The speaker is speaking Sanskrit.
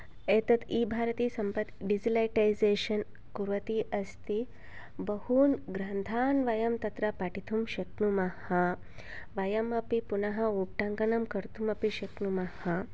एतत् ईभारतीसम्पत् डिजिटलैसेशन् कुर्वती अस्ति बहून् ग्रन्थान् वयं तत्र पठितुं शक्नुमः वयमपि पुनः उट्टङ्कनं कर्तुम् अपि शक्नुमः